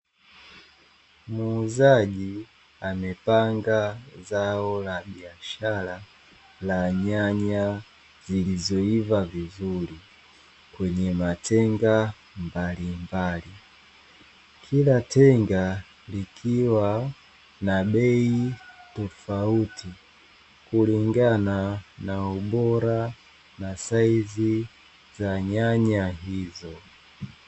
Muuzaji amepanga zao la biashara la nyanya zilizoiva vizuri, kwenye matenga mbalimbali, kila tenga likiwa na bei tofauti kulingana na ubora na saizi za nyanya hizo.